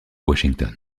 washington